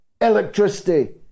electricity